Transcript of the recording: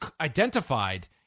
identified